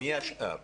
מי השאר?